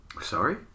Sorry